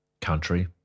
country